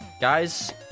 guys